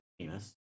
penis